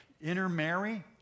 intermarry